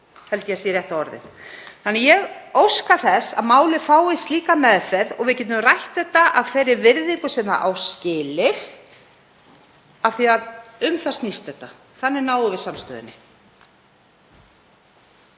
held ég að sé rétta orðið. Ég óska þess að málið fái slíka meðferð og við getum rætt þetta af þeirri virðingu sem það á skilið af því að um það snýst þetta. Þannig náum við samstöðunni.